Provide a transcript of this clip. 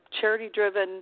charity-driven